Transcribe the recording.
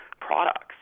products